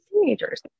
teenagers